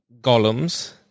golems